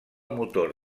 motor